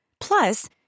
Plus